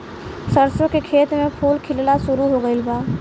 सरसों के खेत में फूल खिलना शुरू हो गइल बा